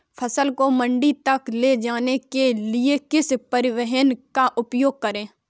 फसल को मंडी तक ले जाने के लिए किस परिवहन का उपयोग करें?